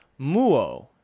muo